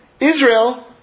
Israel